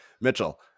Mitchell